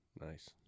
Nice